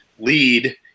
lead